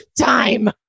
time